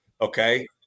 Okay